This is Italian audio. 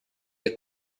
che